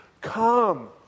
come